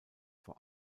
vor